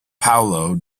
paolo